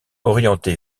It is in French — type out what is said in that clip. orienté